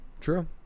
True